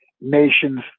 nations